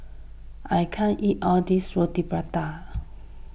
I can't eat all this Roti Prata